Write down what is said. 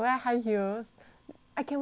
I can wear high heels okay so